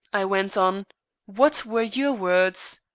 i went on what were your words?